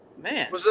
Man